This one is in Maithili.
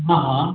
हँ हँ